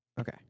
Okay